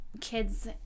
kids